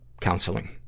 counseling